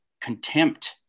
contempt